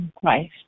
christ